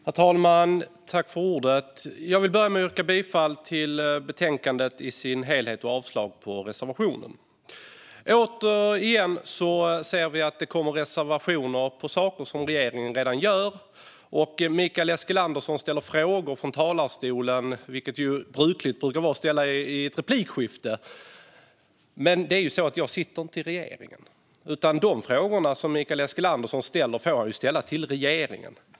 Herr talman! Jag vill börja med att yrka bifall till förslaget i betänkandet och avslag på reservationen. Återigen ser vi att det kommer en reservation om saker som regeringen redan gör. Och Mikael Eskilandersson ställer frågor i sitt anförande från talarstolen, vilket är brukligt att göra i ett replikskifte. Men jag sitter inte i regeringen. De frågor som Mikael Eskilandersson ställer får han ställa till regeringen.